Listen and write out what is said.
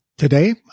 Today